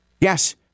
Yes